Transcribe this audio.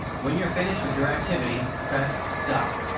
when you're finished with your activity, press stop.